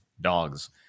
dogs